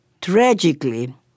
Tragically